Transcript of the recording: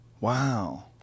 Wow